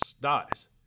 dies